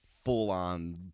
full-on